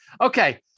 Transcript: Okay